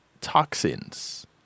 toxins